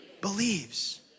believes